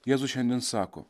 jėzus šiandien sako